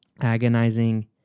agonizing